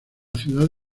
ciudad